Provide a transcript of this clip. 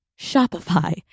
Shopify